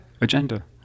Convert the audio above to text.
Agenda